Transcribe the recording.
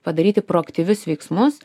padaryti proaktyvius veiksmus